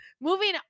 moving